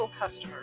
customers